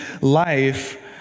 life